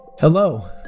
Hello